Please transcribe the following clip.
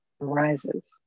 arises